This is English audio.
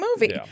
movie